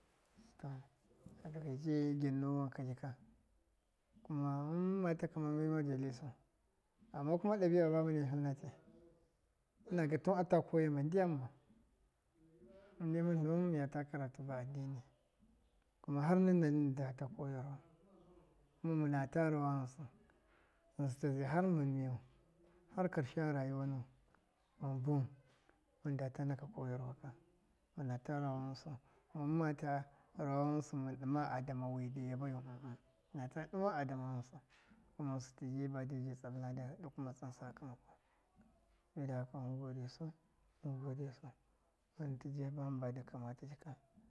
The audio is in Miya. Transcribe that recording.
Ka, a gɨr ji gyanno wan ka jika, kuma mɨn, mɨn ma takamammai majalisau, ama kuma ɗabi'a ba mɨne tluna ti, ɨna ga tɨn ata koyama ndyanma, mɨn dama miyata karatu ba addini kuma har nɨna mi ndata koyau, kuma mɨna ta rawa ghɨnsɨ har mɨn miyuwɨn, har karshaya rayuwa nuwɨn mɨn buwɨn, mɨn ndata na ka koyarwa ka, mina ta rawa ghɨnsɨ, kuma mɨnme ta rawa ghɨnsɨ mɨn ɗɨma a dama wɨ dɨ yabayu. minata ɗɨma a dama ghɨnsɨ, kuma ghɨnsɨ tɨji bade tsan lada dɨkuma tsan lada dɨ kuma tsna sakamako, sabida haka mɨn godesu, mɨn godesu, to tiji hamba dɨ kamata jika.